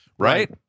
Right